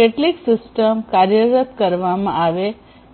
કેટલીક સિસ્ટમ કાર્યરત કરવામાં આવે